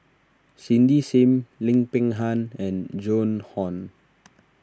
Cindy Sim Lim Peng Han and Joan Hon